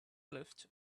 lift